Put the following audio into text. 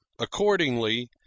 Accordingly